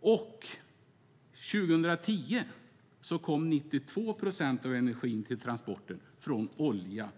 År 2010 kom 92 procent av energin till transporter från olja